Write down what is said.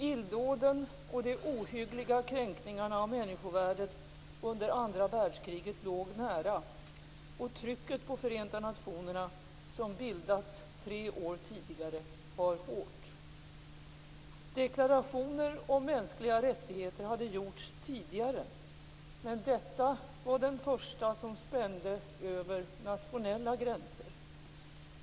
Illdåden och de ohyggliga kränkningarna av människovärdet under andra världskriget låg nära, och trycket på Förenta nationerna, som bildats tre år tidigare, var hårt. Deklarationer om mänskliga rättigheter hade gjorts tidigare - men detta var den första som spände över nationella gränser.